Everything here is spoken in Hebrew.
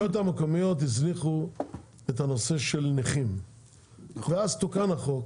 הרשויות המקומיות הזניחו את הנושא של נכים ואז תוקן החוק